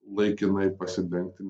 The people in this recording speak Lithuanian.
laikinai pasidengti